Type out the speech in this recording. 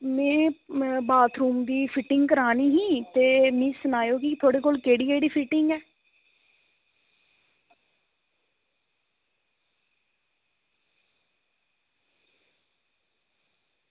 में बाथरूम दी फिटिंग करानी ही ते मिगी सनायो की थुआढ़े कोल केह्ड़ी केह्ड़ी फिटिंग ऐ